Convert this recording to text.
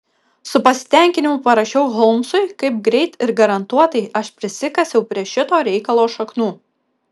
su pasitenkinimu parašiau holmsui kaip greit ir garantuotai aš prisikasiau prie šito reikalo šaknų